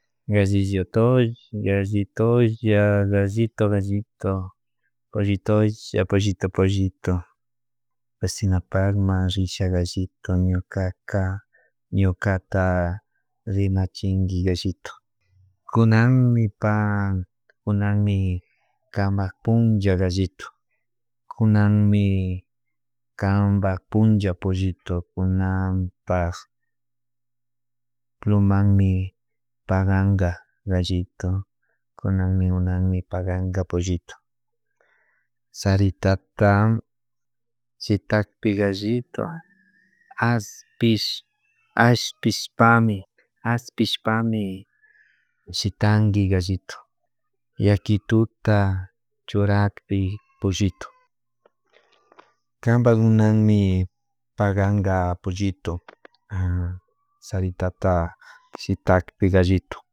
Gallito galitolla gallito gallito pollitolla pollito pollito asiknapakma risha gallito ñukaka ñukata rinachinki gallito, kunamipa kunami kama punku gallito kunanmi kampa pucha pollito kunanpak plumanmi pakanka gallito kunanmi pakanka pollito saritata shitakpi gallito ashpish ashpishpami ashpishpami shitanki gallito yakituta churakpi pullitu kampak munanmi pakanka pollito saritata shiktapi gallitu